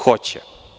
Hoće.